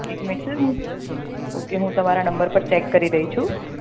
okay એક minute sir હું okay હું તમારા નંબર પર ચેક કરી રહી છું